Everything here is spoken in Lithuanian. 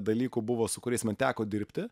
dalykų buvo su kuriais man teko dirbti